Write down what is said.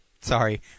Sorry